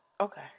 Okay